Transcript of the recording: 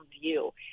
view